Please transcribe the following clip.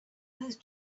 those